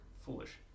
foolish